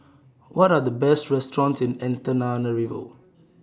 What Are The Best restaurants in Antananarivo